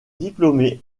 diplômé